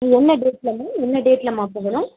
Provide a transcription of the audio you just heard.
என்ன டேட்டில்மா என்ன டேட்டில்மா போகணும்